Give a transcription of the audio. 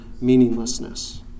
meaninglessness